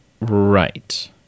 Right